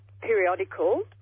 periodical